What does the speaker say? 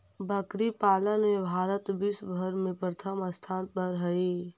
बकरी पालन में भारत विश्व भर में प्रथम स्थान पर हई